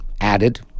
added